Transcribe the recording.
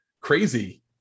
crazy